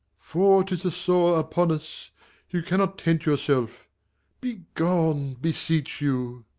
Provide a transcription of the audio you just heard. for tis a sore upon us you cannot tent yourself be gone, beseech you.